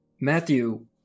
Matthew